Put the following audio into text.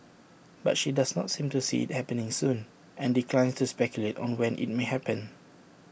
but she does not seem to see IT happening soon and declines to speculate on when IT may happen